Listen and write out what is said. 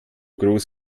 groß